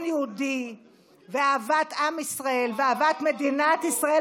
יהודי ואהבת עם ישראל ואהבת מדינת ישראל